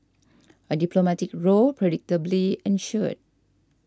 a diplomatic row predictably ensued